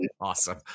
Awesome